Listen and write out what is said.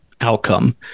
outcome